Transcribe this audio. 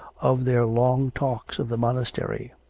of their long talks of the monastery,